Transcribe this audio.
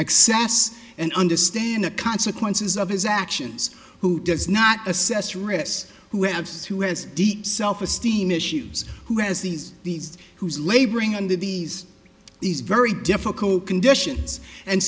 access and understand the consequences of his actions who does not assess risks who have said who has deep self esteem issues who has these these who was laboring under these these very difficult conditions and